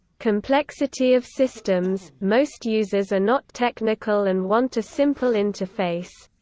complexity of systems most users are not technical and want a simple interface.